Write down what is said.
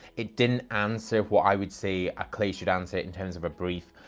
it didn't answer what i would say a clay should answer in terms of a brief.